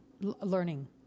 learning